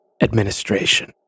administration